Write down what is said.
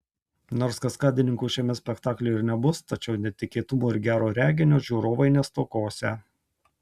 nors kaskadininkų šiame spektaklyje ir nebus tačiau netikėtumų ir gero reginio žiūrovai nestokosią